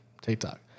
TikTok